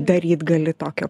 daryt gali tokią